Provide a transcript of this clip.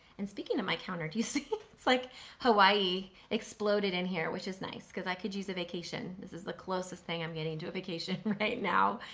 and speaking of my counter, do you see it's like hawaii exploded in here which is nice cause i could use a vacation. this is the closest thing i'm getting to a vacation right now.